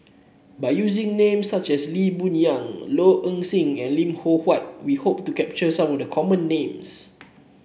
by using names such as Lee Boon Yang Low Ing Sing and Lim Loh Huat we hope to capture some of the common names